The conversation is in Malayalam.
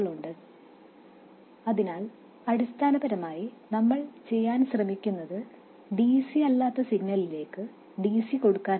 ഇത് Va യും ഇത് Vb യും ആണ് അതിനാൽ നമുക്ക് R C അല്ലെങ്കിൽ L C ഉണ്ട് ഇതും സാധ്യമാണ് അല്ലെങ്കിൽ അവസാനമായി നമുക്ക് LR എന്നിവ ഉണ്ടാകാം ഇതെല്ലാം റിയാക്ടീവ് ഘടകങ്ങളുടെ ഉചിതമായ തിരഞ്ഞെടുപ്പിലൂടെ സാധ്യമാണ്